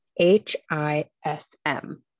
H-I-S-M